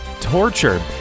torture